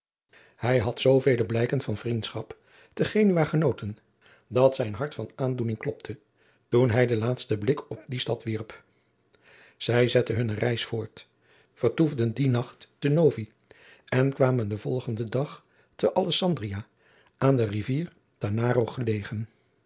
hij had zoovele blijken van vriendschap te genua genoten dat zijn hart van aandoening klopte toen hij den laatsten blik op die stad wierp zij zetten hunne reis voort vertoefden dien nacht te novi en kwamen den volgenden dag te alessandria aan de rivier tanaro gelegen